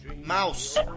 Mouse